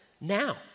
now